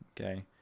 okay